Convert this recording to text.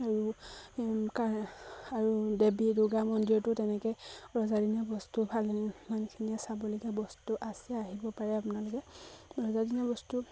আৰু কাৰেং দেৱী দুৰ্গা মন্দিৰটো তেনেকৈ ৰজাদিনীয়া বস্তু ভালে ভালখিনিয়ে চাবলগীয়া বস্তু আছে আহিব পাৰে আপোনালোকে ৰজাদিনীয়া বস্তু